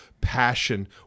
passion